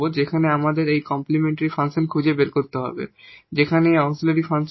সুতরাং আমাদের এর কমপ্লিমেন্টরি ফাংশন খুঁজে বের করতে হবে